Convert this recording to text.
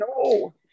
No